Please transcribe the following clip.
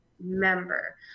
member